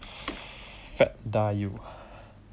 fat die you